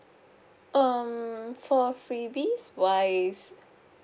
um for freebies wise